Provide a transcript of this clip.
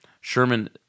Sherman